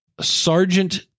Sergeant